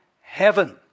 heaven